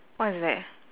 what is that